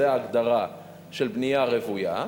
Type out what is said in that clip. זו ההגדרה של בנייה רוויה,